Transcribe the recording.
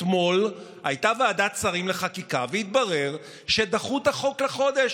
אתמול הייתה ועדת שרים לחקיקה והתברר שדחו את החוק בחודש.